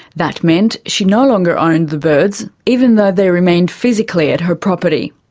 that meant she no longer owned the birds, even though they remained physically at her property.